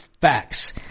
facts